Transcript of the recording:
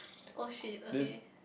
oh shit okay